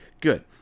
good